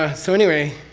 ah so anyway,